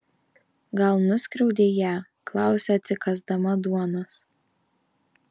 gal nuskriaudei ją klausia atsikąsdama duonos